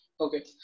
Okay